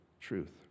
truth